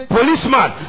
Policeman